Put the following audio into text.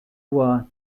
war